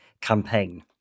campaign